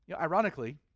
Ironically